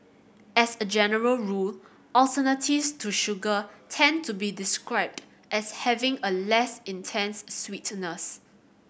as a general rule alternatives to sugar tend to be described as having a less intense sweetness